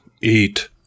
eat